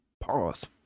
pause